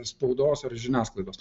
spaudos ar iš žiniasklaidos